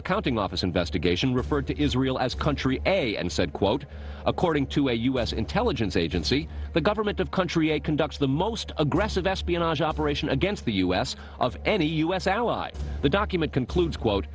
accounting office investigation referred to israel as country and said quote according to a u s intelligence agency the government of country conducts the most aggressive espionage operation against the u s of any u s ally the document concludes quote